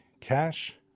cash